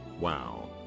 Wow